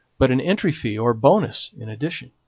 but an entry fee or bonus in addition.